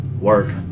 work